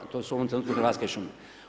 To su u ovom trenutku Hrvatske šume.